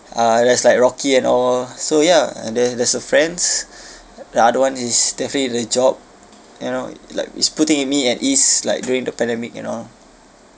uh that's like rocky and all so ya and then there's a friends the other one is definitely the job you know like it's putting in me an ease like during the pandemic you know